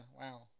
Wow